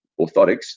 orthotics